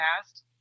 past